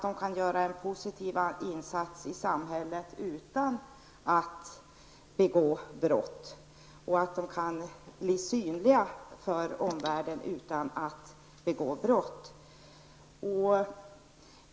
De skall kunna bli synliga för omvärlden utan att begå brott, och de skall kunna göra en positiv insats i samhället utan att begå brott.